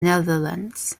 netherlands